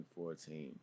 2014